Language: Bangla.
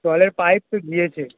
জলের পাইপ তো গিয়েছে